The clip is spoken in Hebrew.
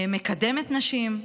מקדמת נשים,